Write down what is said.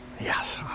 Yes